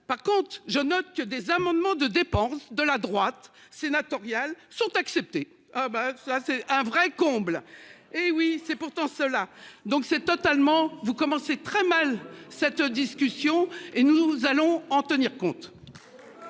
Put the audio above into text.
Par contre je note que des amendements de dépenses de la droite sénatoriale sont acceptées. Ah ben ça c'est un vrai comble. Hé oui c'est pourtant cela donc c'est totalement vous commencez très mal cette discussion et nous allons en tenir compte.